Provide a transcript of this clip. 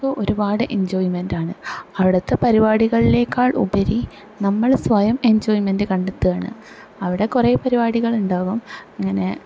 ഇപ്പോൾ ഒരുപാട് എൻജോയ്മെൻറ്റാണ് അവിദുത് പരിപാടികളിനേക്കാൾ ഉപരി നമ്മള് സ്വയം എൻജോയ്മെൻറ്റ് കണ്ടെത്തുകയാണ് അവിടെ കുറെ പരിപാടികൾ ഉണ്ടാകും ഇങ്ങനെ